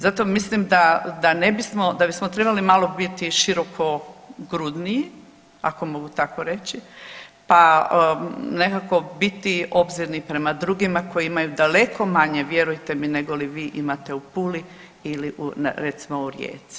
Zato mislim da, da ne bismo, da bismo trebali malo biti širokogrudniji, ako mogu tako reći pa nekako biti obzirni prema drugima koji imaju daleko manje, vjerujte, nego li vi imate u Puli ili u, recimo u Rijeci.